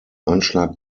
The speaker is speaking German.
anschlag